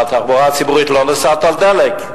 מה, התחבורה הציבורית לא נוסעת על דלק?